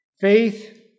Faith